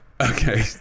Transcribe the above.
okay